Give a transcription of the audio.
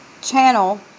channel